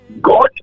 God